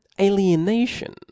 alienation